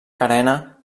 carena